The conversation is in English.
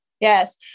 Yes